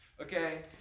okay